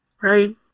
right